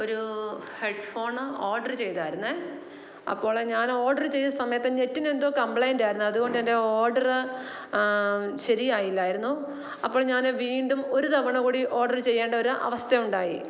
ഒരു headphone order ചെയ്തായിരുന്നു അപ്പോളെ ഞാൻ ഓഡറ് ചെയ്ത സമയത്ത് നെറ്റിനെന്തോ കംപ്ലയിൻറ്റ് ആയിരുന്നു അതുകൊണ്ട് എൻ്റെ ഓർഡറ് ശരിയായില്ലായിരുന്നു അപ്പൊഴേ ഞാൻ വീണ്ടും ഒരുതവണ കൂടി ഓഡറ് ചെയ്യേണ്ട ഒരു അവസ്ഥ ഉണ്ടായി